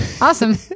Awesome